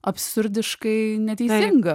absurdiškai neteisinga